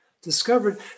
discovered